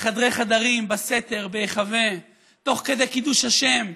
בחדרי-חדרים, בסתר, בהיחבא, תוך כדי קידוש השם,